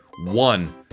one